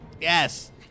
Yes